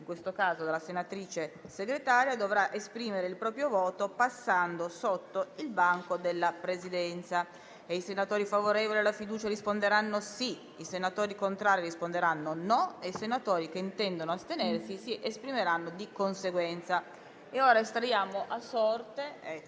chiamato dal senatore Segretario dovrà esprimere il proprio voto passando innanzi al banco della Presidenza. I senatori favorevoli alla fiducia risponderanno sì; i senatori contrari risponderanno no; i senatori che intendono astenersi si esprimeranno di conseguenza. Estraggo ora a sorte